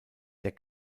der